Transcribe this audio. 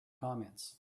comments